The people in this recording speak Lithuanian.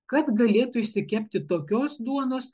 kad galėtų išsikepti tokios duonos